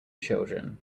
children